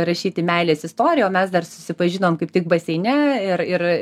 rašyti meilės istoriją o mes dar susipažinom kaip tik baseine ir ir